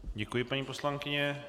Děkuji, paní poslankyně.